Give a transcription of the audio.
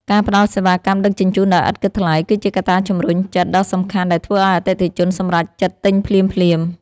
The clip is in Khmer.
ការផ្តល់សេវាកម្មដឹកជញ្ជូនដោយឥតគិតថ្លៃ គឺជាកត្តាជំរុញចិត្តដ៏សំខាន់ដែលធ្វើឱ្យអតិថិជនសម្រេចចិត្តទិញភ្លាមៗ។